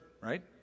right